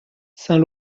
saint